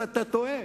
אבל אתה טועה